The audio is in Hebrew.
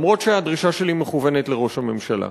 למרות שהדרישה שלי מכוונת לראש הממשלה: